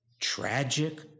tragic